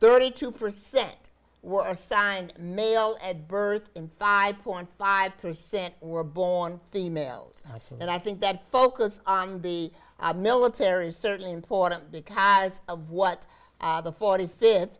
thirty two percent were assigned male at birth and five point five percent were born females and i think that focus on the military is certainly important because of what the forty fifth